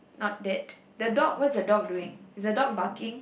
not that the dog what is the dog doing is the dog barking